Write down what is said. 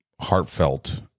heartfelt